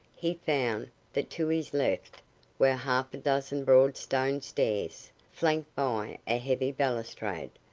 he found that to his left were half a dozen broad stone stairs, flanked by a heavy balustrade,